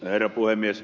herra puhemies